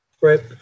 Right